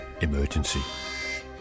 emergency